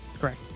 Correct